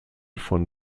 von